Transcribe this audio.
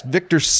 Victor